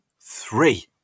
three